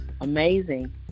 amazing